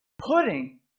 pudding